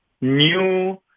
new